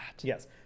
Yes